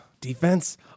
Defense